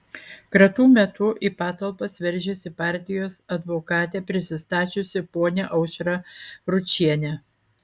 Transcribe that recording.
kratų metu į patalpas veržėsi partijos advokate prisistačiusi ponia aušra ručienė